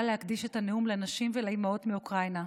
להקדיש את הנאום לנשים ולאימהות מאוקראינה,